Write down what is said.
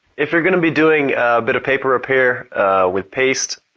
if you're going to be doing a bit of paper repair with paste,